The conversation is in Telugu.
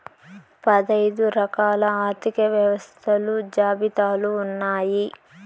పదైదు రకాల ఆర్థిక వ్యవస్థలు జాబితాలు ఉన్నాయి